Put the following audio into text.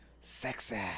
sexy